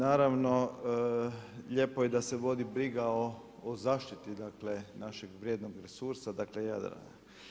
Naravno lijepo je da se vodi briga o zaštiti, dakle našeg vrijednog resursa, dakle Jadrana.